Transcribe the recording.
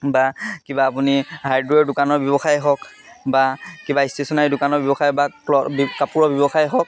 বা কিবা আপুনি হাৰ্ডৱেৰ দোকানৰ ব্যৱসায় হওক বা কিবা ষ্টেচনাৰী দোকানৰ ব্যৱসায় বা ক্ল কাপোৰৰ ব্যৱসায় হওক